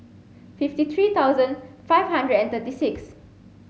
fifty three thousand five hundred and thirty six